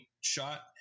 shot